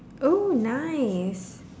oh nice